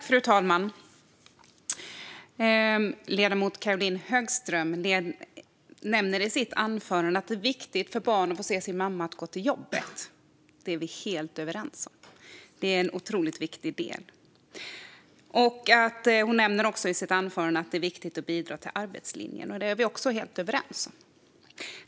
Fru talman! Ledamoten Caroline Högström nämner i sitt anförande att det är viktigt för barn att få se sin mamma gå till jobbet. Det är vi helt överens om. Det är en otroligt viktig del. Hon nämner också i sitt anförande att det är viktigt att bidra till arbetslinjen. Det är vi också helt överens om.